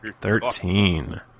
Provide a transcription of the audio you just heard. Thirteen